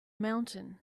mountain